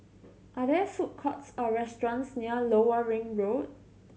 are there food courts or restaurants near Lower Ring Road